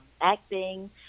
acting